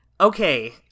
okay